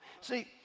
See